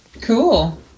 cool